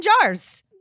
jars